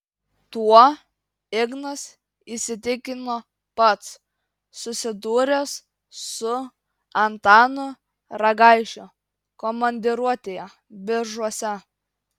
tuo ignas įsitikino pats susidūręs su antanu ragaišiu komandiruotėje biržuose